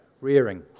rearing